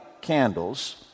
candles